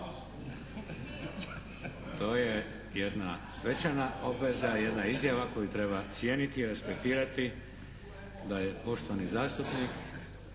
To je jedna svečana obveza i jedna izjava koju treba cijeniti i respektirati da je poštovani zastupnik